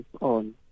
on